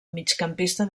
migcampista